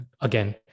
again